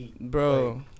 Bro